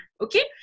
okay